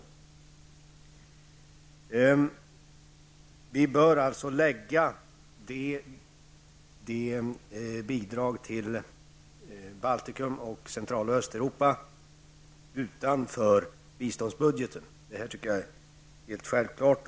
Vi bör alltså placera bidragen till Baltikum, Central och Östeuropa utanför biståndsbudgeten. Jag tycker att detta är helt klart.